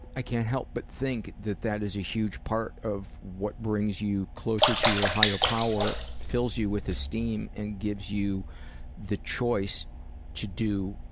i can't help but think that that is a huge part of what brings you closer to your higher power, fills you with esteem, and gives you the choice to do,